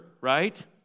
right